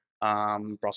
Brussels